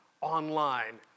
online